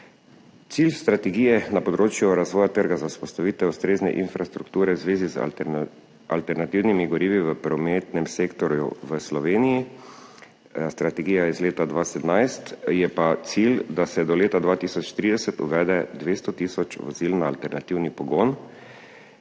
Cilj strategije na področju razvoja trga za vzpostavitev ustrezne infrastrukture v zvezi z alternativnimi gorivi v prometnem sektorju v Sloveniji – strategija je iz leta 2017 – je pa, da se do leta 2030 uvede 200 tisoč vozil na alternativni pogon.